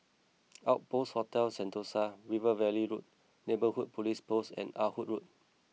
Outpost Hotel Sentosa River Valley Road Neighbourhood Police Post and Ah Hood Road